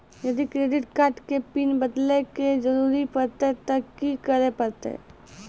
यदि credit card के pin बदले के जरूरी परतै ते की करे परतै?